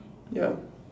ya